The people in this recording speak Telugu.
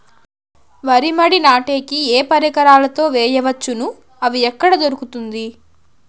వరి మడి నాటే కి ఏ పరికరాలు తో వేయవచ్చును అవి ఎక్కడ దొరుకుతుంది?